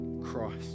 Christ